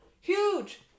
huge